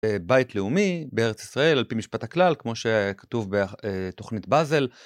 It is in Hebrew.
בית לאומי בארץ ישראל על פי משפט הכלל כמו שכתוב בתוכנית באזל.